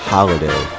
Holiday